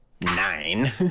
Nine